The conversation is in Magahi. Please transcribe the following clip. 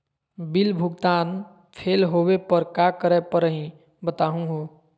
बिल भुगतान फेल होवे पर का करै परही, बताहु हो?